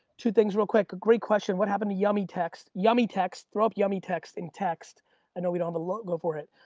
two things real quick. a great question, what happened to yummy text, yummy text, throw up yummy text and texts, i know we don't have a logo for it.